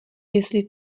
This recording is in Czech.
jestli